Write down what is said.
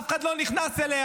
אף אחד לא נכנס אליה.